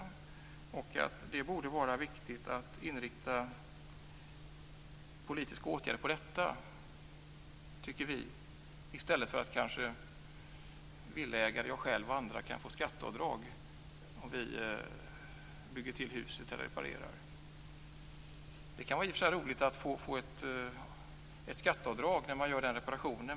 Det borde enligt vår mening vara viktigt att inrikta de politiska åtgärderna på detta i stället för att kanske villaägare, jag själv och andra, kan få skatteavdrag om vi bygger till huset eller reparerar. Det kan i och för sig vara roligt att få ett skatteavdrag när man gör en reparation.